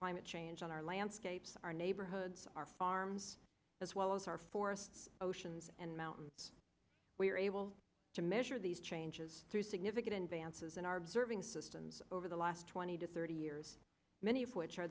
climate change on our landscapes our neighborhoods our farms as well as our forests oceans and mountains we were able to measure these changes through significant advances in our observing systems over the last twenty to thirty years many of which are